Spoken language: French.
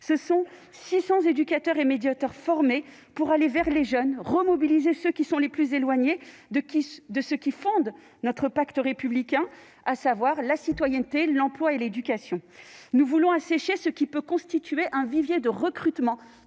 regroupent 600 éducateurs et médiateurs formés pour aller vers les jeunes et remobiliser ceux qui sont les plus éloignés de ce qui fonde notre pacte républicain, à savoir la citoyenneté, l'emploi et l'école. Nous voulons assécher ce qui peut constituer un vivier de recrutement